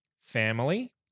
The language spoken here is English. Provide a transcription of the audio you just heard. family